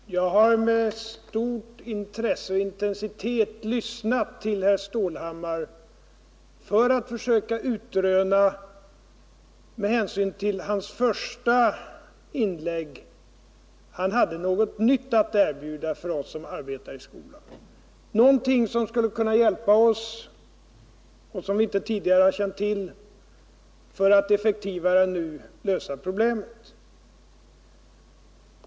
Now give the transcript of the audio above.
Herr talman! Jag har med stort intresse och stor intensitet lyssnat till herr Stålhammar för att — med hänsyn till hans första inlägg — försöka utröna om han hade något nytt att erbjuda för oss som arbetar i skolan, något som skulle kunna vara oss till hjälp och som vi inte tidigare har känt till för att effektivare än nu angripa problemet.